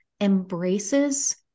embraces